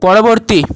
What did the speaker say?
পরবর্তী